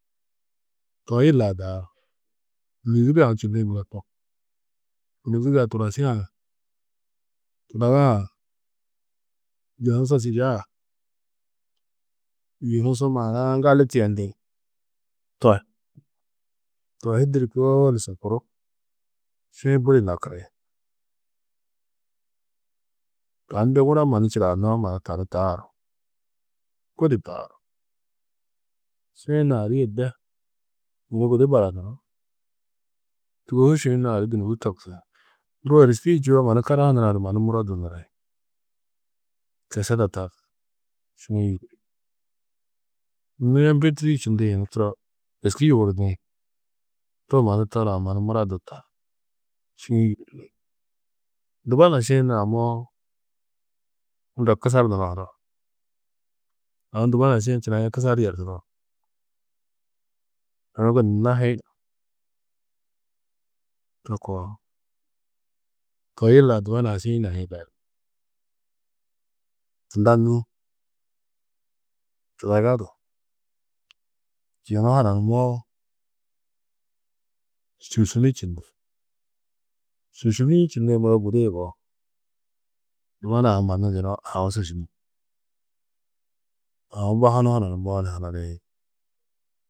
Toi yila du daaru. Mîzigã čindĩ muro to Mîzigã furançã, tudaga-ãšiĩ yunu yunu su maanã ŋgali tiyendi to. Tohi didi kôoli šopurú budi nakiri. Tani de wuna mannu čidaanoó ma tani daaru budi daaru šiĩ naarîe dê yunu gudi baranuru. Tûgohu šiĩ naari dûnogu togusi. Ŋgo êriski hi tîyuo mannu karaha-ã nurã du mannu muro duniri. Kešeda tar šiĩ yoduri. Yunu mp3 čindĩ yunu turo êski yugurdĩ to manu tarã mannu mura du tar šiĩ yuduri. Dubana šiĩ naamoó unda kusar nunohu do. Aũ dubana šiĩ činaĩ kusar yertudo aũ gunna hi to koo. Toi yila dubana šiĩ naîe gali. Tunda nû tudaga du yunu hananumoó šîšunu čindi, šîšugĩ čindĩ muro gudi yugó. Dubana mannu yunu aũ. Aũ bahunu hananumoó ni hananĩ